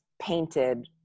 painted